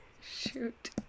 Shoot